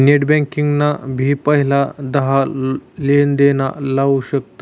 net banking ना भी पहिला दहा लेनदेण लाऊ शकतस